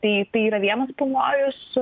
tai tai yra vienas pavojus